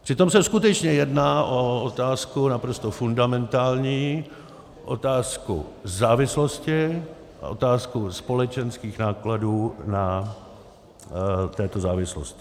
Přitom se skutečně jedná o otázku naprosto fundamentální, otázku závislosti a otázku společenských nákladů této závislosti.